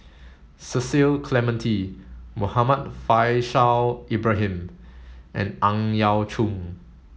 Cecil Clementi Muhammad Faishal Ibrahim and Ang Yau Choon